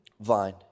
vine